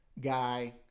guy